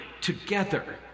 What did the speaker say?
together